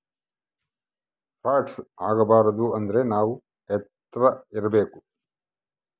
frauds ಆಗಬಾರದು ಅಂದ್ರೆ ನಾವ್ ಎಚ್ರ ಇರ್ಬೇಕು